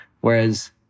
Whereas